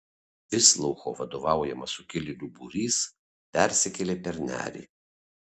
visloucho vadovaujamas sukilėlių būrys persikėlė per nerį